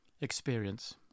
experience